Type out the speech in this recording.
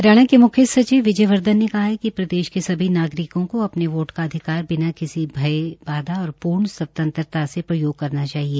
हरियाणा के मुख्य सचिव विजय वर्धन ने कहा है कि प्रदेश के सभी नागरिकों को अपने वोट का अधिकार बिना किसी भय बाधा और पूर्ण स्वतंत्रता से प्रयोग करना चाहिए